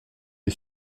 est